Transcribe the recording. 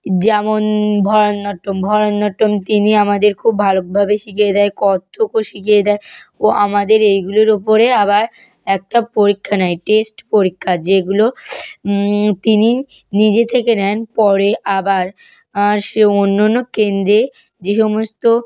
যেমন ভারতনাট্যম ভারতনাট্যম তিনি আমাদের খুব ভালোভাবে শিখিয়ে দেয় কত্থকও শিখিয়ে দেয় ও আমাদের এইগুলোর ওপরে আবার একটা পরীক্ষা নেয় টেস্ট পরীক্ষা যেগুলো তিনি নিজে থেকে নেন পরে আবার সে অন্য অন্য কেন্দ্রে যে সমস্ত